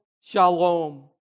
shalom